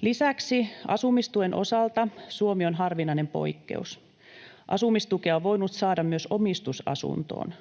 Lisäksi asumistuen osalta Suomi on harvinainen poikkeus. Asumistukea on voinut saada myös omistusasuntoon.